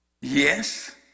Yes